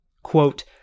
Quote